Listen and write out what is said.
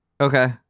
Okay